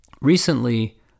recently